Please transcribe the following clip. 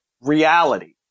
reality